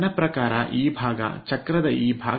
ನನ್ನ ಪ್ರಕಾರ ಈ ಭಾಗ ಚಕ್ರದ ಈ ಭಾಗ